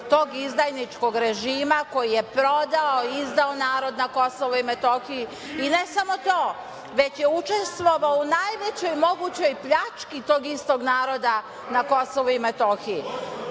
tog izdajničkog režima koji je prodao, izdao narod na Kosovu i Metohiji, i ne samo to, već je učestvovao u najvećoj mogućoj pljački tog istog naroda na Kosovu i Metohiji. Mi